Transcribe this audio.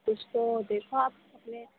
کچھ تو دیکھو آپ اپنے